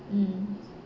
mm